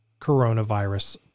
coronavirus